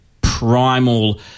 primal